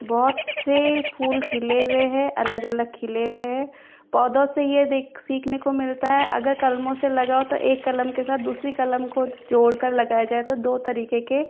बहुत से फूल खिले हुए है अलग अलग खिले हुए है पौधों से देख सीखने को मिलता है अगर कलमों से लगाओ तो एक कलम के साथ दूसरी कलम को जोड़कर लगाया जाये तो दो तरीके के